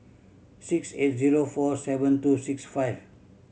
six eight zero four seven two six five